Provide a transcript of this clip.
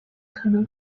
可能